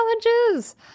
challenges